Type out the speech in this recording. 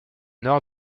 nord